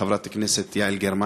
חברת הכנסת יעל גרמן,